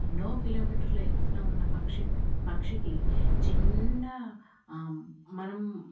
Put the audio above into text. ఎన్నో కిలోమీటర్లు ఎత్తున ఉన్న పక్ పక్షికి చిన్న మనం